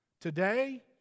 Today